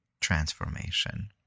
transformation